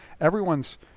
Everyone's